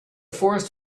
forest